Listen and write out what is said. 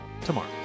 tomorrow